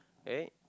right